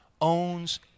owns